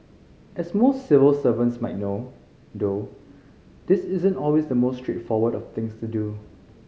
as most civil servants might know though this isn't always the most straightforward of things to do